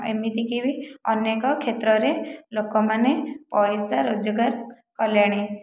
ଏମିତିକିବି ଅନେକ କ୍ଷେତ୍ରରେ ଲୋକମାନେ ପଇସା ରୋଜଗାର କଲେଣି